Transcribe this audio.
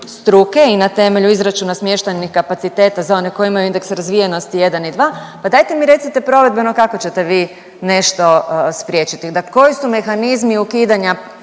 i na temelju izračuna smještajnih kapaciteta za one koji imaju indeks razvijenosti 1 i 2, pa dajte mi recite provedbeno kako ćete vi nešto spriječiti? Koji su mehanizmi ukidanja